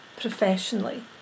professionally